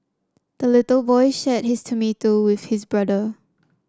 the little boy shared his tomato with his brother